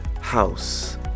house